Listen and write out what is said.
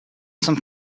some